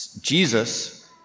Jesus